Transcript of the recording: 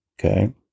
okay